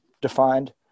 defined